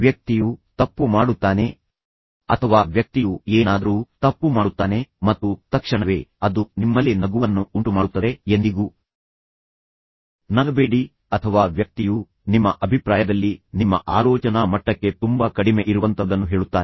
ವ್ಯಕ್ತಿಯು ತಪ್ಪು ಮಾಡುತ್ತಾನೆ ಅಥವಾ ವ್ಯಕ್ತಿಯು ಏನಾದರೂ ತಪ್ಪು ಮಾಡುತ್ತಾನೆ ಮತ್ತು ತಕ್ಷಣವೇ ಅದು ನಿಮ್ಮಲ್ಲಿ ನಗುವನ್ನು ಉಂಟುಮಾಡುತ್ತದೆ ಎಂದಿಗೂ ನಗಬೇಡಿ ಅಥವಾ ವ್ಯಕ್ತಿಯು ನಿಮ್ಮ ಅಭಿಪ್ರಾಯದಲ್ಲಿ ನಿಮ್ಮ ಆಲೋಚನಾ ಮಟ್ಟಕ್ಕೆ ತುಂಬಾ ಕಡಿಮೆ ಇರುವಂತಹದನ್ನು ಹೇಳುತ್ತಾನೆ